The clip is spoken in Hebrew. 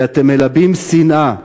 כי אתם מלבים שנאה,